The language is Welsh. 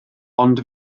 ond